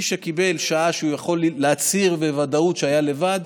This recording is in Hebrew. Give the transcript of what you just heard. מי שקיבל שעה שהוא יכול להצהיר בוודאות שהיה לבד,